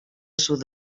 sud